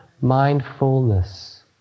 mindfulness